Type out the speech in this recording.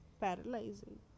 paralyzing